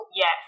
yes